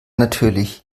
natürlich